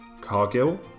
Cargill